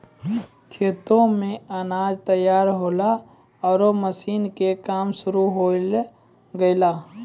खेतो मॅ अनाज तैयार होल्हों आरो मशीन के काम शुरू होय गेलै